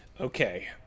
okay